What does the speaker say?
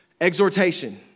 Exhortation